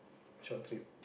short trip